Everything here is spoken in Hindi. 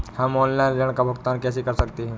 हम ऑनलाइन ऋण का भुगतान कैसे कर सकते हैं?